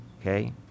okay